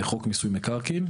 בחוק מיסוי מקרקעין,